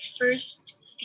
first